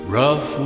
rough